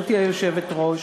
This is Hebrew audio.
גברתי היושבת-ראש,